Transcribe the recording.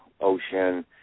ocean